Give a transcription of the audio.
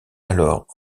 alors